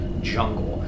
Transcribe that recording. jungle